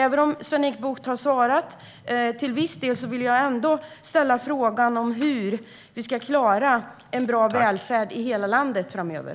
Även om Sven-Erik Bucht har svarat till viss del vill jag alltså ändå ställa frågan om hur vi ska klara en bra välfärd i hela landet framöver.